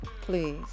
Please